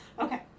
Okay